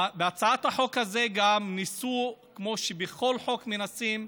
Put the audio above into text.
בהצעת החוק הזאת גם ניסו, כמו שבכל חוק מנסים,